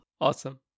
Awesome